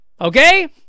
okay